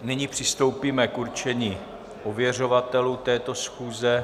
Nyní přistoupíme k určení ověřovatelů této schůze.